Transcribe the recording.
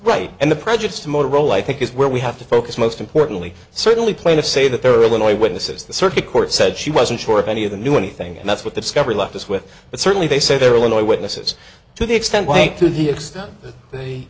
right and the prejudice to motorola i think is where we have to focus most importantly certainly play to say that there are illinois witnesses the circuit court said she wasn't sure if any of the knew anything and that's what the discovery left us with but certainly they said they're really witnesses to the extent way to the extent th